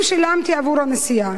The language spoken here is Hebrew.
אם שילמתי עבור הנסיעה,